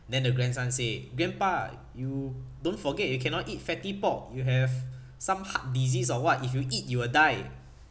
then the grandson say grandpa you don't forget you cannot eat fatty pork you have some heart disease or what if you eat you will die